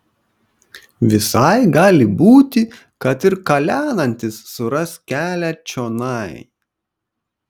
visai gali būti kad ir kalenantis suras kelią čionai